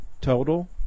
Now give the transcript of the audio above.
total